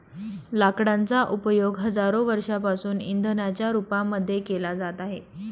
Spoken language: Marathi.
लाकडांचा उपयोग हजारो वर्षांपासून इंधनाच्या रूपामध्ये केला जात आहे